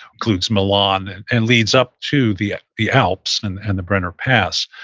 includes milan and and leads up to the the alps and the and the brenner pass.